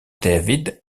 david